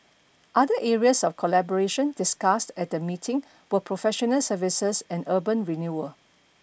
other areas of collaboration discussed at the meeting were professional services and urban renewal